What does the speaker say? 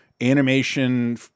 animation